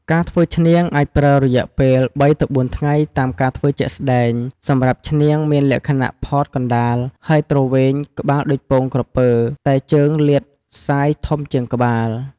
ការធ្វើឈ្នាងអាចប្រើរយៈពេល ៣ទៅ៤ថ្ងៃតាមការធ្វើជាក់ស្តែងសម្រាប់ឈ្នាងមានលក្ខណៈផតកណ្តាល ហើយទ្រវែងក្បាលដូចពងក្រពើតែជើងលាតសាយចំជាងក្បាល។